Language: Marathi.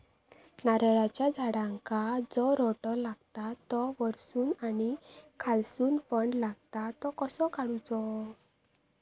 नारळाच्या झाडांका जो रोटो लागता तो वर्सून आणि खालसून पण लागता तो कसो काडूचो?